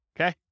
okay